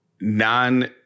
non